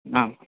आम्